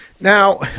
Now